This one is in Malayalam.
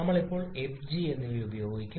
നമ്മൾ ഇപ്പോൾ എഫ് ജി എന്നിവ ഉപയോഗിക്കും